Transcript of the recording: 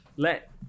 let